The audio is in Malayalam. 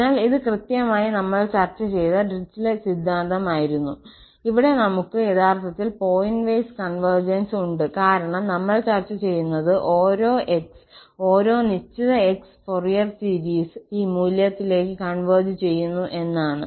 അതിനാൽ ഇത് കൃത്യമായി നമ്മൾ ചർച്ച ചെയ്ത ഡിറിച്ലെറ്റ് സിദ്ധാന്തം ആയിരുന്നു അവിടെ നമ്മൾക്ക് യഥാർത്ഥത്തിൽ പോയിന്റ് വൈസ് കോൺവെർജൻസ് ഉണ്ട് കാരണം നമ്മൾ ചർച്ച ചെയ്യുന്നത് ഓരോ 𝑥 ഓരോ നിശ്ചിത x ഫൊറിയർ സീരീസ് ഈ മൂല്യത്തിലേക്ക് കോൺവെർജ് ചെയ്യുന്നു എന്നാണ്